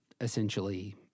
essentially